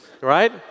right